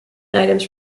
items